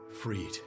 freed